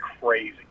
crazy